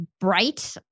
bright